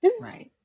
right